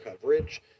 coverage